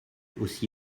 aussi